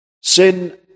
Sin